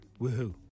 Woohoo